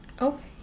Okay